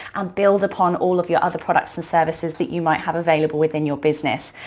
and build upon all of your other products and services that you might have available within your business?